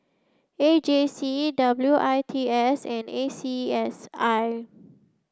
A J C A W I T S and A C S I